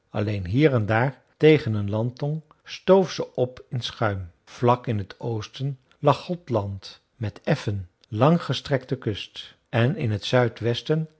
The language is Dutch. alleen hier en daar tegen een landtong stoof ze op in schuim vlak in t oosten lag gothland met effen lang gestrekte kust en in t zuidwesten